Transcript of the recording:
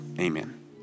Amen